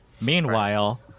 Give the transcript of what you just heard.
Meanwhile